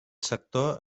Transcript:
sector